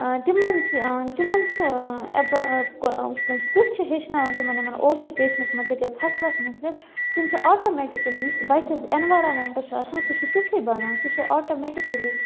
تِمَن چھِ تِمَن چھِ کُس چھِ ہیٚچھناوان تِمَن یِمَن آوکِپیٚشنَس مُتعلِق یا فَصلَس مُتعلِق تِم چھِ آٹوٗمیٹِکٔلی یُتھ بَچَس ایٚنوارَمنٹہٕ چھُ آسان سُہ چھُ تیُتھُے بَنان سُہ چھُ آٹوٗمیٹِکٔلی